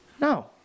No